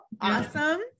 Awesome